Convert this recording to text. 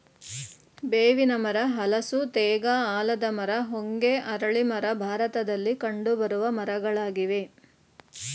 ಬೇವಿನ ಮರ, ಹಲಸು, ತೇಗ, ಆಲದ ಮರ, ಹೊಂಗೆ, ಅರಳಿ ಮರ ಭಾರತದಲ್ಲಿ ಕಂಡುಬರುವ ಮರಗಳಾಗಿವೆ